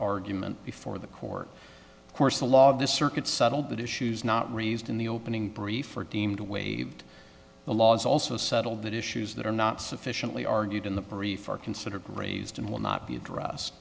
argument before the court course the law this circuit settled that issues not raised in the opening brief or deemed a waived the law is also settled that issues that are not sufficiently argued in the brief are considered raised and will not be addressed